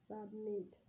Submit